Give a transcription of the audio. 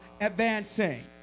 advancing